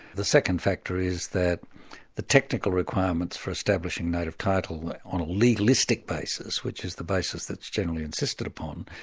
the second factor is that the technical requirements for establishing native title on a legalistic basis, which is the basis that's generally insisted upon,